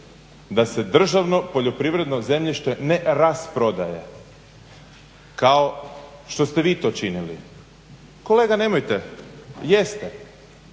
da se državno poljoprivredno zemljište ne rasprodaje kao što ste vi to činili. Kolega nemojte, jeste.